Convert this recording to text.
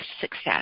success